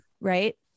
right